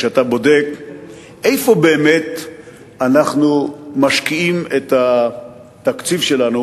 כשאתה בודק איפה באמת אנחנו משקיעים את התקציב שלנו,